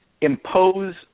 impose